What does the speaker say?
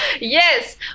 Yes